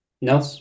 No